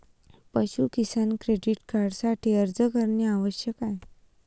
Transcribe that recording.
पाशु किसान क्रेडिट कार्डसाठी अर्ज करणे आवश्यक आहे